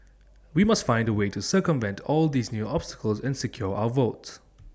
we must find A way to circumvent all these new obstacles and secure our votes